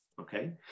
Okay